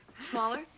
Smaller